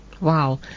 Wow